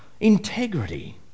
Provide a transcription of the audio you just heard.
integrity